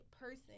person